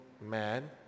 man